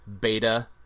Beta